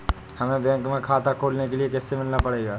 हमे बैंक में खाता खोलने के लिए किससे मिलना पड़ेगा?